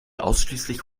ausschließlich